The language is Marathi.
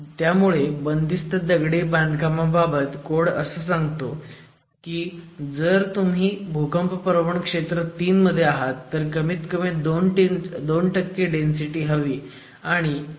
त्यामुळे बंदिस्त दगडी बांधकामाबाबत कोड असं सांगतो की जर तुम्ही भूकंपप्रवण क्षेत्र 3 मध्ये आहात तर कमीत कमी 2 डेन्सीटी हवी दोन्ही काटकोनातील दिशांमध्ये